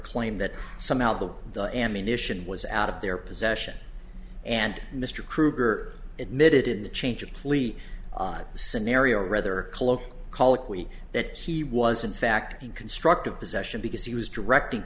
claim that somehow the the ammunition was out of their possession and mr krueger admitted in the change of plea scenario rather cloak colloquy that he was in fact in constructive possession because he was directing